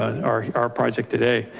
our our project today,